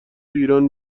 ایران